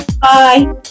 Bye